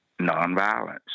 nonviolence